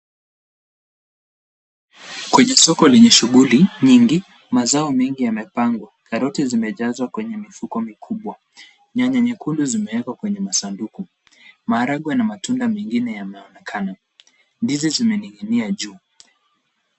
Kwenye soko lenye shughuli, nyingi, mazao mengi yamepangwa. Karoti zimejazwa kwenye mifuko mikubwa. Nyanya nyekundu zimewekwa kwenye masanduku. Maharagwe na matunda mengine yameonekana. Ndizi zimening'inia juu.